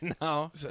No